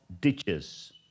ditches